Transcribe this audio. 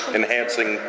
enhancing